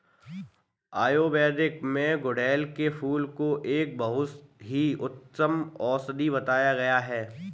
आयुर्वेद में गुड़हल के फूल को एक बहुत ही उत्तम औषधि बताया गया है